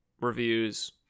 reviews